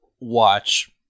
watch